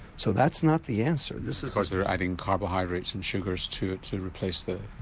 so that's not the answer. this is because they're adding carbohydrates and sugars to it to replace the